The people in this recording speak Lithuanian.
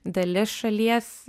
dalis šalies